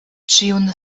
ĉiun